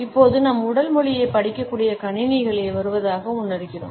இப்போது நம் உடல் மொழியைப் படிக்கக்கூடிய கணினிகள் வருவதாக உணர்கிறோம்